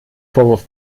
vorwurf